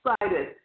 excited